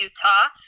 Utah